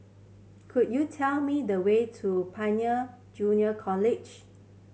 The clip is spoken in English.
could you tell me the way to Pioneer Junior College